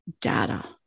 data